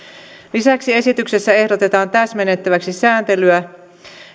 lisäksi esityksessä ehdotetaan täsmennettäväksi sääntelyä